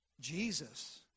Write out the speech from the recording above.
Jesus